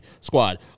squad